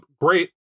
Great